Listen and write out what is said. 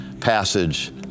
passage